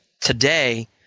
today